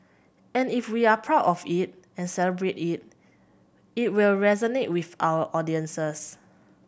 and if we are proud of it and celebrate it it will resonate with our audiences